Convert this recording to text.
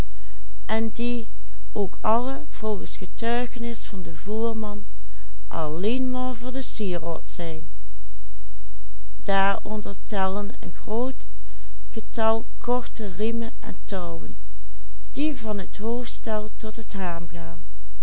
den sieraod zijn daaronder tellen een groot getal korte riemen en touwen die van het hoofdstel tot het haam gaan